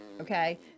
Okay